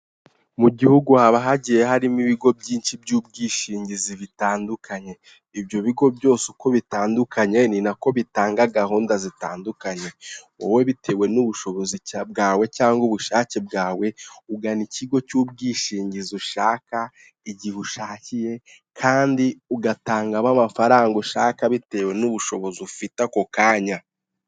Mu gihugu haba hagiye harimo ibigo byinshi by'ubwishingizi bitandukanye, ibyo bigo byose uko bitandukanye ni nako bitanga gahunda zitandukanye, wowe bitewe n'ubushobozi bwawe cyangwa ubushake bwawe, ugana ikigo cy'ubwishingizi ushaka, igihe ushakiye, kandi ugatangamo amafaranga ushaka bitewe n'ubushobozi ufite ako kanya.